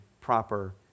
proper